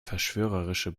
verschwörerische